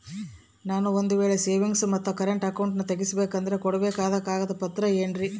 ನಾನು ಒಂದು ವೇಳೆ ಸೇವಿಂಗ್ಸ್ ಮತ್ತ ಕರೆಂಟ್ ಅಕೌಂಟನ್ನ ತೆಗಿಸಬೇಕಂದರ ಕೊಡಬೇಕಾದ ಕಾಗದ ಪತ್ರ ಏನ್ರಿ?